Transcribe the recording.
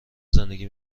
زندگی